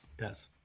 Yes